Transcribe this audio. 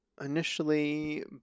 initially